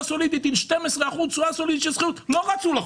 סולידית עם 12 אחוז תשואה סולידית של שכירות לא רצו לחוק,